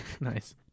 nice